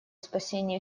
спасения